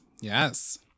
Yes